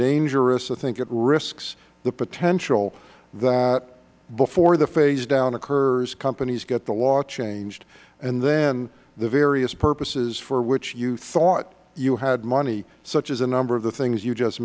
dangerous i think it risks the potential that before the phase down occurs companies get the law changed and then the various purposes for which you thought you had money such as a number of the things you just